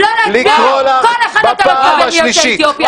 אבל צריך להעמיד אותך במקום.